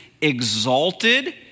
exalted